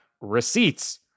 receipts